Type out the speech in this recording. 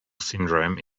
syndrome